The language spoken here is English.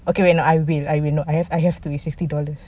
okay wait no I will I will not I have I have to it's sixty dollars